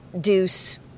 Deuce